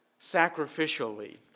sacrificially